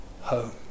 home